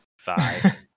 Side